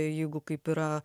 jeigu kaip yra